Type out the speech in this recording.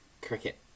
cricket